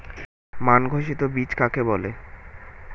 মান ঘোষিত বীজ কাকে বলে?